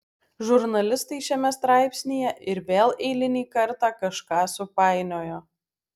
žurnalistai šiame straipsnyje ir vėl eilinį kartą kažką supainiojo